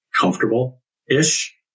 comfortable-ish